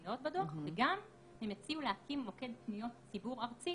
המקומיות וגם הם הציעו להקים מוקד פניות ציבור ארצי,